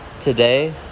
Today